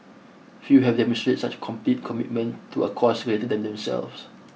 few have demonstrated such complete commitment to a cause greater than themselves